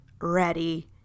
ready